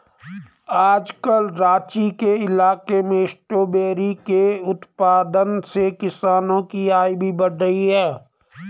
आजकल राँची के इलाके में स्ट्रॉबेरी के उत्पादन से किसानों की आय भी बढ़ रही है